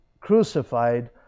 crucified